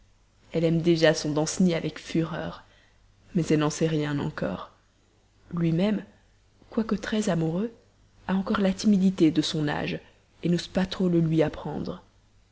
elle aime déjà son danceny avec fureur mais elle n'en sait encore rien lui-même quoique très amoureux a encore la timidité de son âge n'ose pas trop le lui apprendre